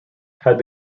had